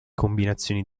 combinazioni